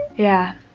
yeah,